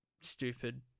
stupid